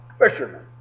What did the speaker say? fisherman